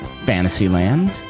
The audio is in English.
Fantasyland